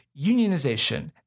unionization